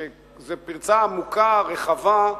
שזה פרצה עמוקה, רחבה,